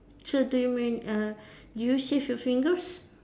so do you mean uh did you save your fingers